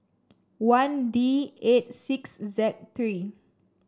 one D eight six Z three